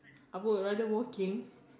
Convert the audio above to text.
ah bowl you rather walking